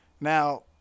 Now